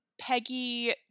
Peggy